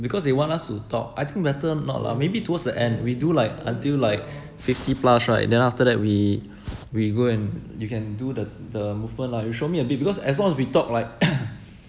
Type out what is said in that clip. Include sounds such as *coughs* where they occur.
because they want us to talk I think better not lah maybe towards the end we do like until like fifty plus right then after that we we go and you can do the the movement lah you showed me a bit because as long as we talk like *coughs*